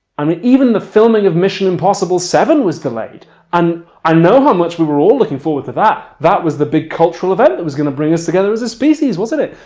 i mean even the filming of mission impossible seven was delayed and i know how much we were all looking forward to that. that was the big cultural event that was gonna bring us together as a species wasn't it?